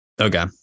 Okay